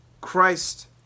Christ